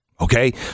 okay